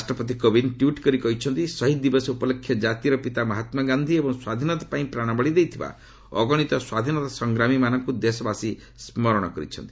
ରାଷ୍ଟ୍ରପତି କୋବିନ୍ଦ ଟ୍ୱିଟ୍ କରି କହିଛନ୍ତି ଶହୀଦ ଦିବସ ଉପଲକ୍ଷେ ଜାତିର ପିତା ମହାତ୍ମାଗାନ୍ଧୀ ଏବଂ ସ୍ୱାଧୀନତା ପାଇଁ ପ୍ରାଣବଳୀ ଦେଇଥିବା ଅଗଶିତ ସ୍ୱାଧୀନତା ସଂଗ୍ରାମୀ ମାନଙ୍କୁ ଦେଶବାସୀ ସ୍କରଣ କରିଛନ୍ତି